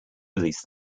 release